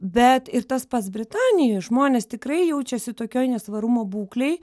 bet ir tas pats britanijoj žmonės tikrai jaučiasi tokioj nesvarumo būklėj